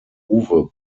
uwe